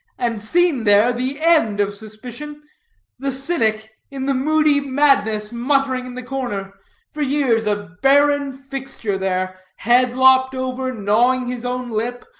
and seen there the end of suspicion the cynic, in the moody madness muttering in the corner for years a barren fixture there head lopped over, gnawing his own lip,